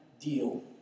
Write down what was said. deal